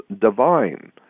divine